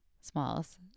smalls